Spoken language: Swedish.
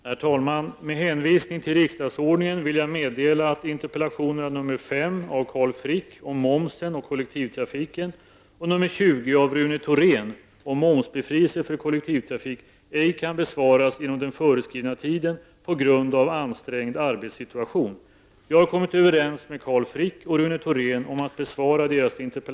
Herr talman! Med hänvisning till riksdagsordningen vill jag meddela att interpellationerna nr 5 av Carl Frick om momsen och kollektivtrafiken och nr 20 av Rune Thorén om momsbefrielse för kollektivtrafik ej kan besvaras inom den föreskrivna tiden på grund av ansträngd arbetssituation. Jag har kommit överens med Carl